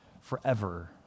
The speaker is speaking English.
forever